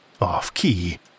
off-key